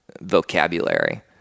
vocabulary